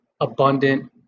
abundant